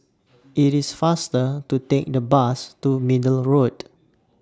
IT IS faster to Take The Bus to Middle Road